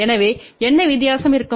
எனவே என்ன வித்தியாசம் இருக்கும்